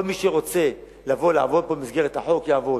כל מי שרוצה לבוא ולעבוד פה במסגרת החוק, יעבוד.